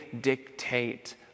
dictate